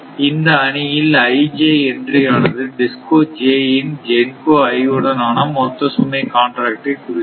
இந்த அணியில் ij entry ஆனது DISCO j இன் GENCO i உடன் ஆன மொத்த சுமை காண்ட்ராக்ட் ஐ குறிக்கிறது